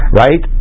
right